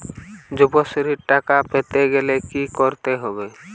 যুবশ্রীর টাকা পেতে গেলে কি করতে হবে?